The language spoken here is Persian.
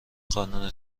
قانون